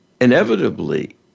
inevitably